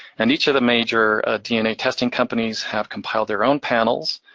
and each of the major dna testing companies have compiled their own panels,